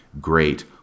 great